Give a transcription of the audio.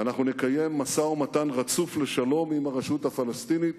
ואנחנו נקיים משא-ומתן רצוף לשלום עם הרשות הפלסטינית,